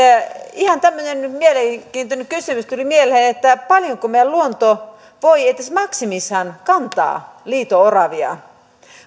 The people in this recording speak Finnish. ihan tämmöinen mielenkiintoinen kysymys tuli mieleen että paljonko meidän luontomme voi edes maksimissaan kantaa liito oravia